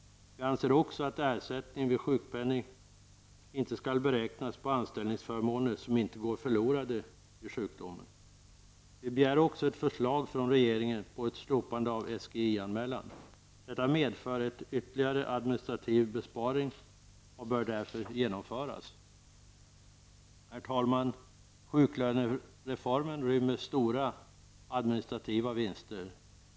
Vi anser också att ersättning vid sjukpenning inte skall beräknas på anställningsförmåner som inte går förlorade vid sjukdom. Vi begär också ett förslag från regeringen på ett slopande av SGI anmälan. Detta medför en ytterligare administrativ besparing och bör därför genomföras. Herr talman! Sjuklönereformen rymmer stora administrativa vinster.